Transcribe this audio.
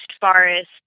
forest